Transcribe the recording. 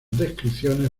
descripciones